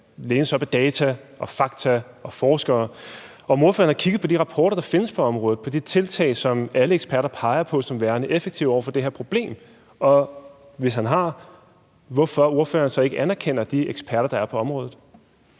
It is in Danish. kunne jeg godt tænke mig at høre, om ordføreren har kigget på de rapporter, der findes på området, og på de tiltag, som alle eksperter peger på som værende effektive i forbindelse med det her problem, og hvorfor ordføreren, hvis han har, så ikke anerkender de eksperter, der er på området.